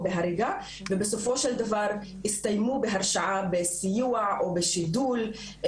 בהריגה ובסופו של דבר הסתיימו בהרשעה בסיוע או בשידול,